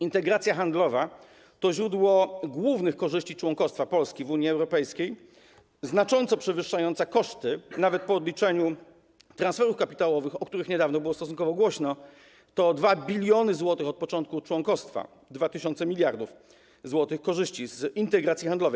Integracja handlowa to źródło głównych korzyści członkostwa Polski w Unii Europejskiej znacząco przewyższająca koszty, nawet po odliczeniu transferów kapitałowych, o których niedawno było stosunkowo głośno - to 2 bln zł od początku członkostwa, 2 tys. mld zł korzyści z integracji handlowej.